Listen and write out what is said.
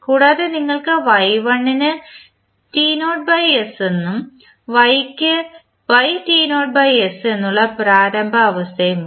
കൂടാതെ നിങ്ങൾക്ക് y1 ന് t0s എന്നും y ക്ക് yt0s എന്നുള്ള പ്രാരംഭ അവസ്ഥയും ഉണ്ട്